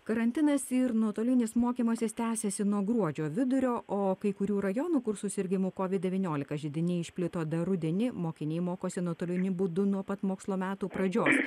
karantinas ir nuotolinis mokymasis tęsiasi nuo gruodžio vidurio o kai kurių rajonų kur susirgimų kovid devyniolika židiniai išplito dar rudenį mokiniai mokosi nuotoliniu būdu nuo pat mokslo metų pradžios